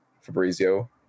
Fabrizio